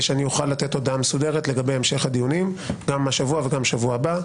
שאוכל לתת הודעה מסודרת לגבי המשך הדיונים גם השבוע וגם בשבוע הבא,